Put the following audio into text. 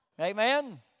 Amen